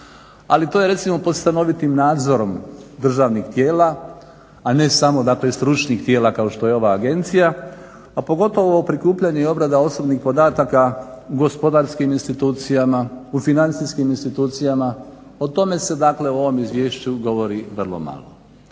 ali to je recimo pod stanovitim državnih tijela, a ne samo dakle stručnih tijela kao što je ova agencija, a pogotovo prikupljanje i obrada osobnih podataka u gospodarskim institucijama, u financijskim institucijama. O tome se dakle u ovom izvješću govori vrlo malo.